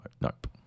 Nope